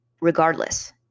regardless